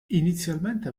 inizialmente